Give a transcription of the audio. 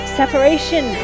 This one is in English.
separation